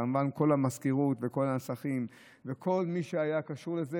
וכמובן לכל המזכירות ולכל הנסחים ולכל מי שהיה קשור לזה.